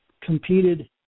competed